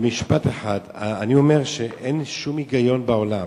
במשפט אחד, אני אומר שאין שום היגיון בעולם